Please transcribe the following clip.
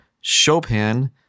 Chopin